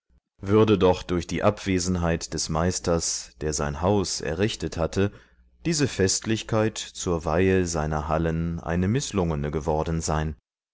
würde doch durch die abwesenheit des meisters der sein haus errichtet hatte diese festlichkeit zur weihe seiner hallen eine mißlungene geworden sein